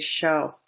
show